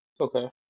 Okay